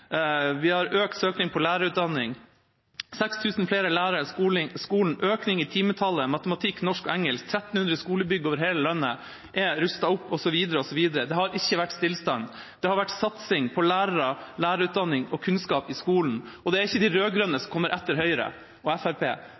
vi har økt søkning til lærerutdanningen, det er 6 000 flere lærere i skolen, det er økning i timetallet i matematikk, norsk og engelsk, 1 300 skolebygg over hele landet er rustet opp, osv., osv. Det har ikke vært stillstand! Det har vært satsing på lærere, lærerutdanning og kunnskap i skolen. Det er ikke de rød-grønne som kommer etter Høyre og